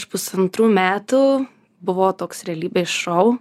už pusantrų metų buvo toks realybės šou